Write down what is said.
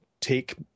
take